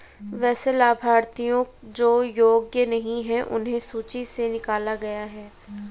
वैसे लाभार्थियों जो योग्य नहीं हैं उन्हें सूची से निकला गया है